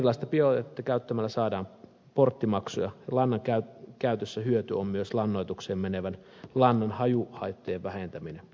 erilaista biojätettä käyttämällä saadaan porttimaksuja ja lannan käytössä hyöty on myös lannoitukseen menevän lannan hajuhaittojen vähentäminen